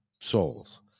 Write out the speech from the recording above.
souls